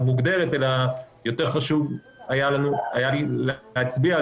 יותר חשוב היה לי להצביע,